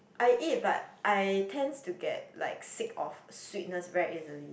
I eat but I tends to get like sick of sweetness very easily